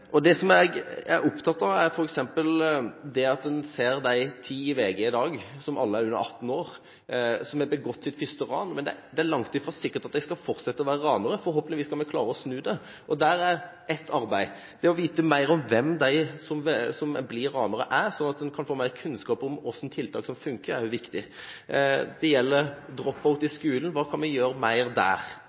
Det jeg er opptatt av, er f.eks. de ti i VG i dag, som alle er under 18 år, og som har begått sitt første ran. Det er langt fra sikkert at de skal fortsette å være ranere – forhåpentligvis vil vi klare å snu det. Her er det et arbeid: Å få vite mer om hvem de som blir ranere, er, slik at en kan få mer kunnskap om hvilke tiltak som fungerer, er også viktig. Det gjelder «drop out» i skolen. Hva mer kan vi gjøre der?